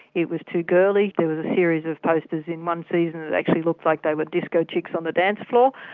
it was too girly. there was a series of posters in one season that actually looked like they were disco chicks on the dance floor.